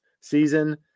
season